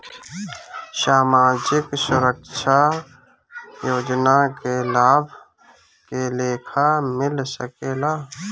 सामाजिक सुरक्षा योजना के लाभ के लेखा मिल सके ला?